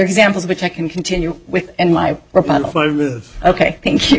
examples which i can continue with and my ok thank you